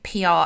PR